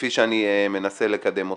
כפי שאני מנסה לקדם אותו?